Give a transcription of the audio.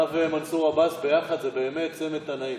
אתה ומנסור עבאס ביחד זה באמת צמד תנאים.